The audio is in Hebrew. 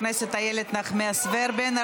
תודה רבה לחברת הכנסת איילת נחמיאס ורבין.